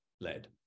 led